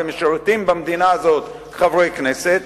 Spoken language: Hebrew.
ומשרתים במדינה הזאת כחברי כנסת,